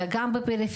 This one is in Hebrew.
אלא גם בפריפריה,